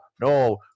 no